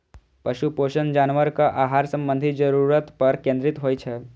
पशु पोषण जानवरक आहार संबंधी जरूरत पर केंद्रित होइ छै